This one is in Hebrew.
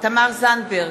תמר זנדברג,